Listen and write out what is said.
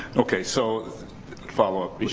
okay, so follow up.